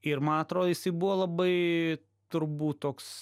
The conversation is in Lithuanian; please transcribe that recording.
ir man atrodo jisai buvo labai turbūt toks